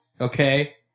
Okay